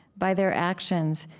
by their actions,